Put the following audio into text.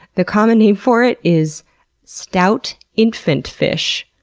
the common name for it is stout infant fish.